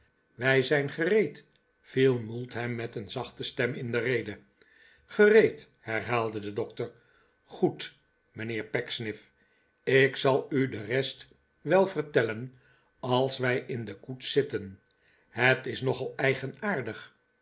wij zijn gereed viel mould hem met een zachte stem in de rede gereed herhaalde de dokter goed mijnheer pecksniff ik zal u de rest wei vertellen als wij in de koets zitten het is nogal